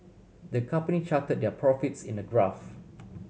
the company charted their profits in a graph